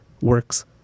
works